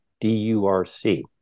D-U-R-C